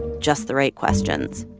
just the right questions.